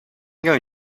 going